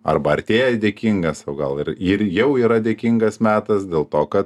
arba artėja dėkingas o gal ir ir jau yra dėkingas metas dėl to kad